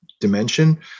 dimension